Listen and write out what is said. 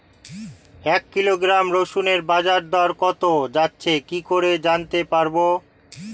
এক কিলোগ্রাম রসুনের বাজার দর কত যাচ্ছে কি করে জানতে পারবো?